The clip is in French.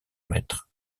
maître